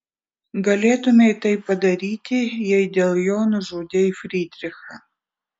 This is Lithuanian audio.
galėtumei tai padaryti jei dėl jo nužudei frydrichą